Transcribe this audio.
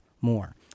more